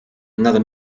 another